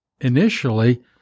initially